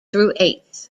eighth